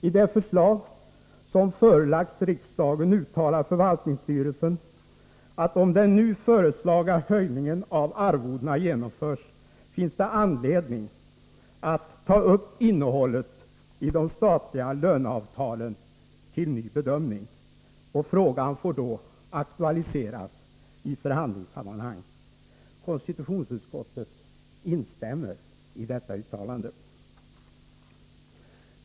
I det förslag som förelagts riksdagen uttalar förvaltningsstyrelsen att om den nu föreslagna höjningen av arvodena genomförs finns det anledning att ta upp innehållet i de statliga löneavtalen till ny bedömning. Frågan får aktualiseras i förhandlingssammanhang. Konstitutionsutskottet instämmer i detta uttalande.